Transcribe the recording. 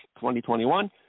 2021